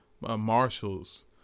marshall's